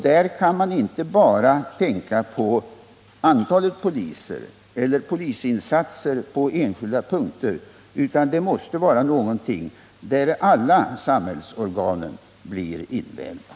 Där kan man inte bara tänka på antalet poliser eller polisinsatser på enskilda punkter, utan det måste bli fråga om åtgärder där alla samhällsorgan blir invävda.